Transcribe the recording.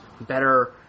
better